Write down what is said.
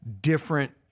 different